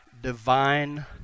divine